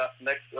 next